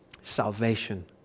salvation